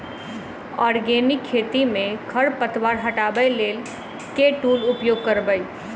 Organic खेती मे खरपतवार हटाबै लेल केँ टूल उपयोग करबै?